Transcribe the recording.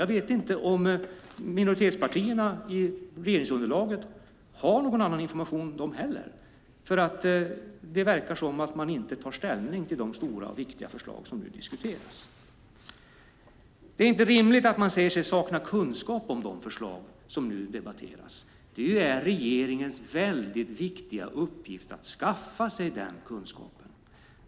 Jag vet inte om minoritetspartierna i regeringsunderlaget har någon annan information, för det verkar som att man inte tar ställning till de stora och viktiga förslag som nu diskuteras. Det är inte rimligt att man säger sig sakna kunskap om de förslag som nu debatteras. Det är regeringens väldigt viktiga uppgift att skaffa sig den kunskapen.